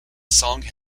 song